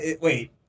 wait